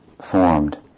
formed